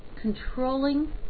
controlling